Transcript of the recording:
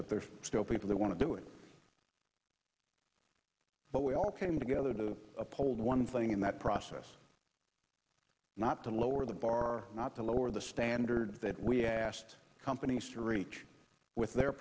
but there's still people that want to do it but we all came together to uphold one thing in that process not to lower the bar not to lower the standards that we asked companies to reach with their